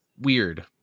weird